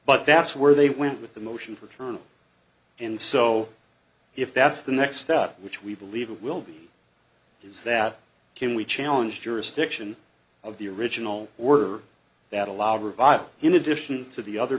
but that's where they went with the motion for turn and so if that's the next step which we believe it will be is that can we challenge jurisdiction of the original order that allowed revile in addition to the other